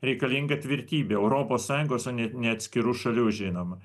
reikalinga tvirtybė europos sąjungos o ne ne atskirų šalių žinoma